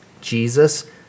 Jesus